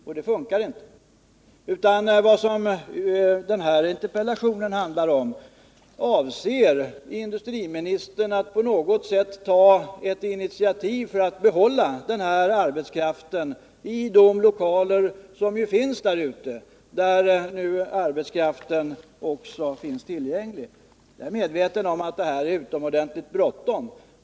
Vad jag genom denna interpellation ville veta var om industriministern avser att på något sätt ta initiativ för att behålla den här arbetskraften i de lokaler som finns där ute och där också arbetskraften nu är tillgänglig. Jag är 143 medveten om att detta är utomordentligt bråttom.